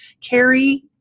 Carrie